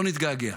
לא נתגעגע,